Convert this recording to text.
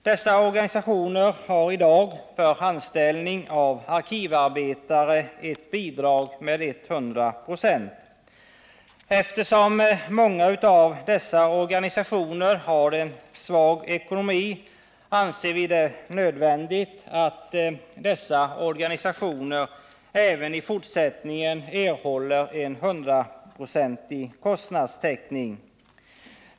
Dessa organisationer har i dag för anställning av arkivarbetare ett bidrag med 100 96. Eftersom många av dessa organisationer har en svag ekonomi anser vi det nödvändigt att dessa organisationer även i fortsättningen erhåller en hundraprocentig kostnadstäckning.